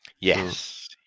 Yes